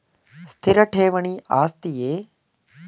ಸ್ಥಿರ ಠೇವಣಿ ಆಸ್ತಿಯೇ?